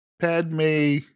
Padme